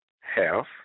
health